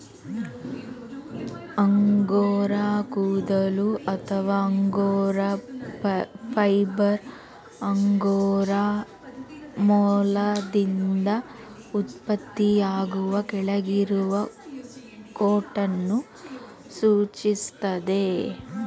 angora ಕೂದಲು ಅಥವಾ angora fibre angora ಮೊಲದಿಂದ ಉತ್ಪತ್ತಿಯಾಗುವ ಕೆಳಗಿರುವ ಕೋಟನ್ನು ಸೂಚಿಸ್ತದೆ